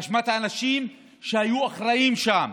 באשמת האנשים שהיו אחראים שם,